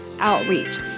outreach